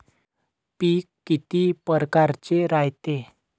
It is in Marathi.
पिकं किती परकारचे रायते?